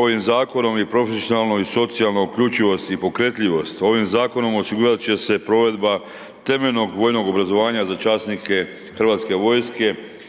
ovim zakon i profesionalna i socijalna uključivost i pokretljivost. Ovim zakonom osigurat će se provedba temeljenog vojnog obrazovanja za časnike hrvatske vojske